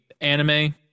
anime